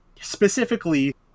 Specifically